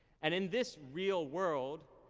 and in this real world,